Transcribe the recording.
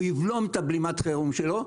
הוא יבלום את בלימת החירום שלו.